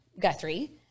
Guthrie